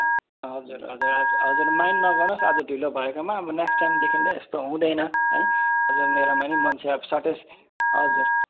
हजुर हजुर आज हजुर माइन्ड नगर्नुहोस् न आज ढिलो भएकोमा अब नेक्स्ट टाइमदेखि चाहिँ यस्तो हुँदैन है आज मेरोमा नि मान्छे अब सर्टेज हजुर